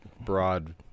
broad